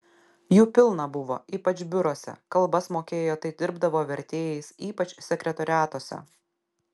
jų pilna buvo ypač biuruose kalbas mokėjo tai dirbdavo vertėjais ypač sekretoriatuose